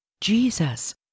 Jesus